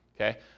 Okay